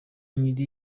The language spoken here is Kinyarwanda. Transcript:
nyiri